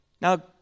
Now